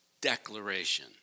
declaration